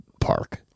park